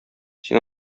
син